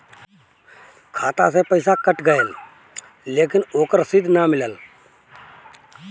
खाता से पइसा कट गेलऽ लेकिन ओकर रशिद न मिलल?